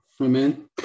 Amen